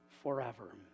forever